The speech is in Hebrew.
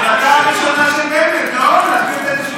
אתה עכשיו בשלטון.